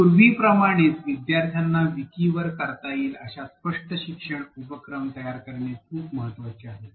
पूर्वीप्रमाणेच विद्यार्थ्यांना विकी वर करता येतील अश्या स्पष्ट शिक्षण उपक्रम तयार करणे खूप महत्वाचे आहे